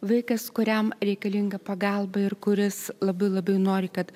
vaikas kuriam reikalinga pagalba ir kuris labai labai nori kad